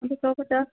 हाँ तो सौ पचास